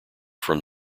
from